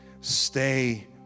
Stay